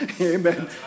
Amen